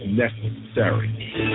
necessary